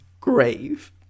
grave